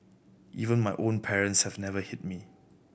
even my own parents have never hit me